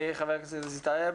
חבר הכנסת יוסף טייב.